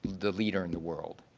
the leader in the world.